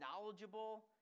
knowledgeable